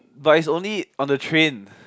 but is only on the train